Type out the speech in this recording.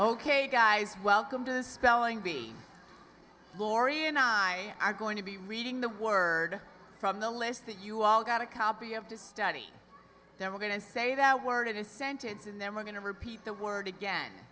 ok guys welcome to the spelling bee lori and i are going to be reading the word from the list that you all got a copy of to study then we're going to say that word in a sentence and then we're going to repeat the word again